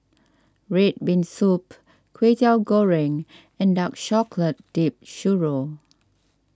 Red Bean Soup Kwetiau Goreng and Dark Chocolate Dipped Churro